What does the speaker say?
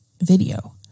video